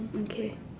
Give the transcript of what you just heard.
okay